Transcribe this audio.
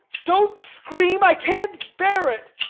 don't scream. i can't bear it.